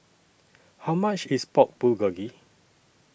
How much IS Pork Bulgogi